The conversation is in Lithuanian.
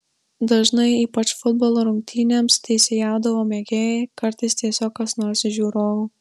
dažnai ypač futbolo rungtynėms teisėjaudavo mėgėjai kartais tiesiog kas nors iš žiūrovų